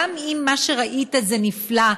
גם אם מה שראית זה נפלא,